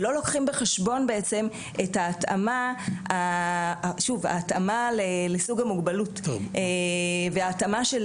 ולא לוקחים בחשבון בעצם את ההתאמה לסוג המוגבלות וההתאמה של